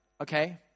Okay